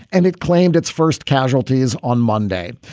and it claimed its first casualties on monday.